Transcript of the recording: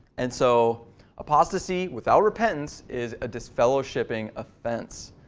and so apostasy, without repentance, is a disfellowshipping offense.